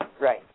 right